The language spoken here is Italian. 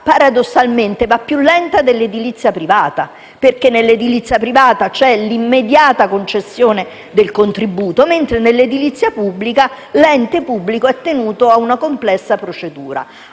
paradossalmente, va più lenta di quella privata: nell'edilizia privata c'è l'immediata concessione del contributo, mentre in quella pubblica l'ente pubblico è tenuto a una complessa procedura.